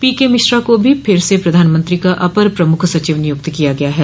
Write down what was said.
पीकेमिश्रा को भी फिर से प्रधानमंत्री का अपर प्रमुख सचिव नियुक्त किया गया है